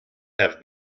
have